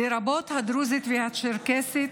לרבות הדרוזית והצ'רקסית.